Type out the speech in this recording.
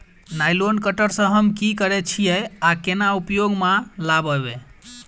Nylon cutter सँ हम की करै छीयै आ केना उपयोग म लाबबै?